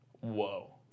Whoa